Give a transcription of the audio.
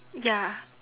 ya